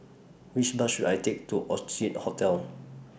Which Bus should I Take to Orchid Hotel